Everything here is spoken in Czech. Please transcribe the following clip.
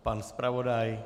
Pan zpravodaj.